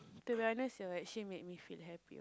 to be honest you actually make me feel happy